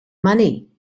money